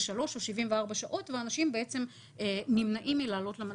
או 74 שעות ואנשים נמנעים מלעלות לטיסה.